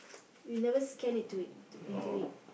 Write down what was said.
you never scan it to it into it